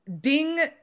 Ding